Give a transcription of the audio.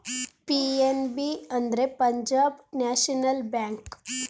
PNB ಅಂದ್ರೆ Punjab national bank